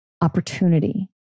opportunity